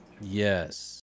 yes